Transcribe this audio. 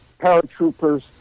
paratroopers